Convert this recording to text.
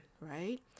right